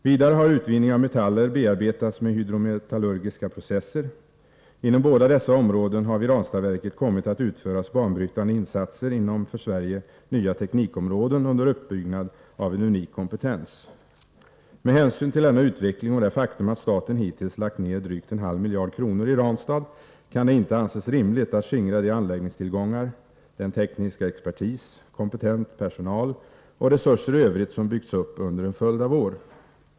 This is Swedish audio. Vidare har utvinning av metaller bearbetats med hydrometallurgiska processer. Inom båda dessa områden har vid Ranstadsverket kommit att utföras banbrytande insatser inom för Sverige nya teknikområden under uppbyggande av en unik kompetens. Med hänsyn till denna utveckling och det faktum att staten hittills har lagt ned drygt en halv miljard kronor i Ranstad, kan det inte anses rimligt att skingra de anläggningstillgångar, den tekniska expertis, kompetent personal och resurser i övrigt som byggts upp under en följd av år.